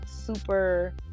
super